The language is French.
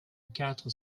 quatre